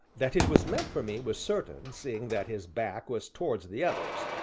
that it was meant for me was certain, seeing that his back was towards the others,